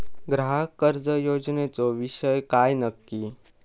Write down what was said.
ग्राहक कर्ज योजनेचो विषय काय नक्की?